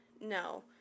No